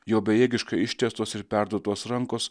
jo bejėgiškai ištiestos ir perduotos rankos